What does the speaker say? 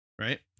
Right